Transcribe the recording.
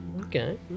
Okay